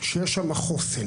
יש שם חוסן.